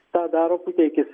tą daro puteikis